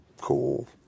cool